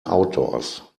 outdoors